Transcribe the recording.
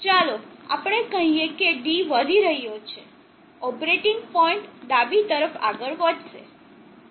ચાલો આપણે કહીએ કે d વધી રહ્યો છે ઓપરેટિંગ પોઇન્ટ ડાબી તરફ આગળ વધશે